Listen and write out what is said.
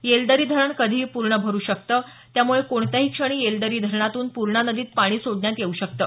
येलदरी धरण कधीही पूर्ण भरु शकतं त्यामुळे कोणत्याही क्षणी येलदरी धरणातून पूर्णा नदीत पाणी सोडण्यात येऊ शकतं